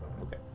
Okay